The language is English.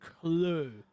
clue